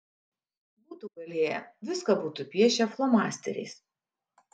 būtų galėję viską būtų piešę flomasteriais